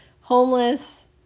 Homeless